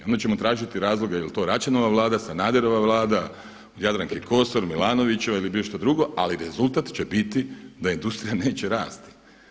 Onda ćemo tražiti razloge jer to Račanova vlada, Sanaderova vlada, od Jadranke Kosor, MIlanovićeva ili bilo koja druga ali rezultat će biti da industrija neće rasti.